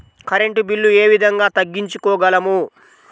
Current bill ఏ విధంగా తగ్గించుకోగలము?